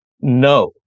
No